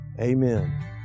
amen